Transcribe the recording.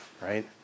right